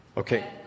Okay